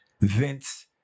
Vince